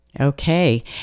Okay